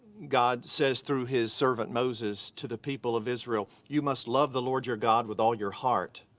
god says through his servant moses to the people of israel you must love the lord your god with all your heart,